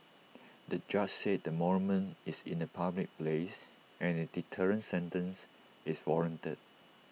the judge said the monument is in A public place and A deterrent sentence is warranted